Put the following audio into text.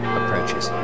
approaches